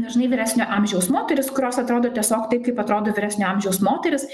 dažnai vyresnio amžiaus moterys kurios atrodo tiesiog taip kaip atrodo vyresnio amžiaus moterys